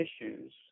issues